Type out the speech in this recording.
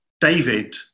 David